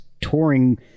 touring